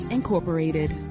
Incorporated